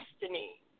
destiny